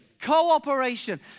Cooperation